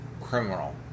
criminal